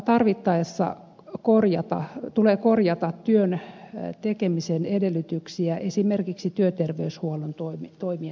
tarvittaessa tulee korjata työn tekemisen edellytyksiä esimerkiksi työterveyshuollon toimien avulla